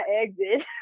exit